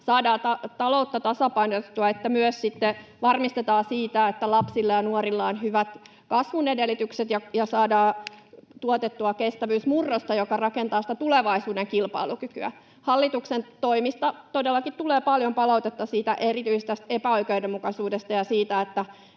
saadaan taloutta tasapainotettua että myös sitten varmistetaan se, että lapsilla ja nuorilla on hyvät kasvun edellytykset ja saadaan tuotettua kestävyysmurrosta, joka rakentaa sitä tulevaisuuden kilpailukykyä. Hallituksen toimista todellakin tulee paljon palautetta, erityisesti tästä epäoikeudenmukaisuudesta ja siitä, että